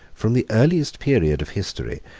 from the earliest period of history,